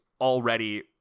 already